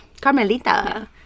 Carmelita